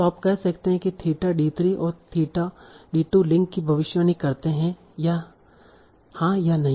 तो आप कह सकते हैं कि थीटा d3 और थीटा d2 लिंक की भविष्यवाणी करते हैं हां या नहीं